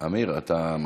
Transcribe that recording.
אמיר, אתה מחוק.